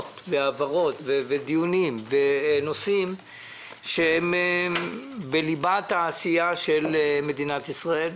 והעברות ודיונים ונושאים שהם בליבת העשייה של מדינת ישראל,